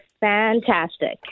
fantastic